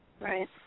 Right